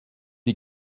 die